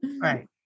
Right